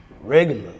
regular